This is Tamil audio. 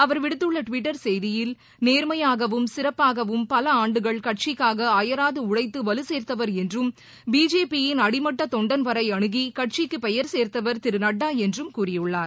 அவர் விடுத்துள்ள டுவிட்டர் செய்தியில் நேர்மையாகவும் சிறப்பாகவும் பல ஆண்டுகள் கட்சிக்காக அயராது உழைத்து வலுசேர்த்தவர் என்றும் பிஜேபி யின் அடிமட்ட தொண்டன் வரை அனுகி கட்சிக்கு பெயர் சேர்த்தவர் திரு நட்டா என்றும் கூறியுள்ளார்